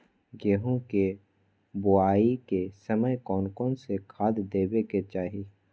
गेंहू के बोआई के समय कौन कौन से खाद देवे के चाही?